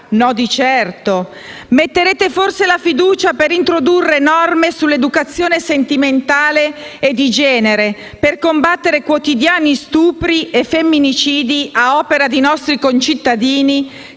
No di certo. Metterete forse la fiducia per introdurre norme sull'educazione sentimentale e di genere, per combattere quotidiani stupri e femminicidi a opera di nostri concittadini